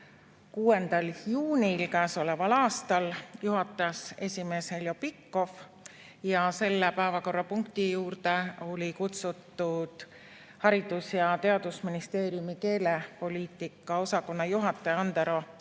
6. juunil käesoleval aastal, juhatas esimees Heljo Pikhof ja selle päevakorrapunkti [arutamise] juurde olid kutsutud Haridus- ja Teadusministeeriumi keelepoliitika osakonna juhataja Andero